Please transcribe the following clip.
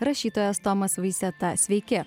rašytojas tomas vaiseta sveiki